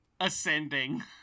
ascending